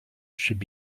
should